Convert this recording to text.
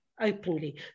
openly